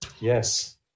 Yes